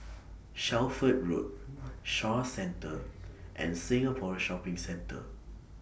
Shelford Road Shaw Centre and Singapore Shopping Centre